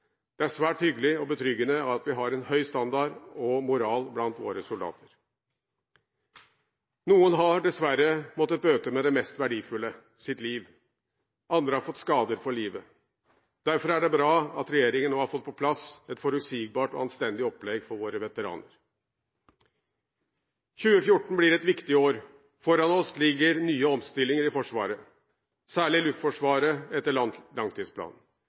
Det er svært hyggelig og betryggende at vi har en høy standard og moral blant våre soldater. Noen har dessverre måttet bøte med det mest verdifulle: sitt liv. Andre har fått skader for livet. Derfor er det bra at regjeringen nå har fått på plass et forutsigbart og anstendig opplegg for våre veteraner. 2014 blir et viktig år. Foran oss ligger nye omstillinger i Forsvaret – særlig i Luftforsvaret – etter langtidsplanen.